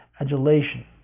adulation